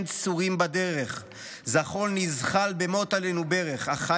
צורים בדרך / זחול-נזחל במוט עלינו ברך/ אך,